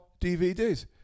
DVDs